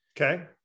Okay